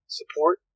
support